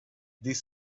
this